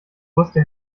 wusste